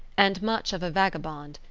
and much of a vagabond,